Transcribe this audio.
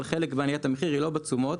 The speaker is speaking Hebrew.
אבל חלק מעליית המחיר היא לא בתשומות